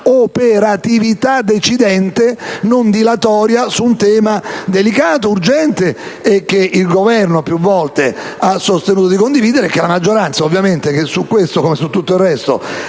è l'operatività decidente, non dilatoria, su un tema così delicato e urgente che il Governo più volte ha sostenuto di condividere. La maggioranza, ovviamente, è al riguardo, come su tutto il resto,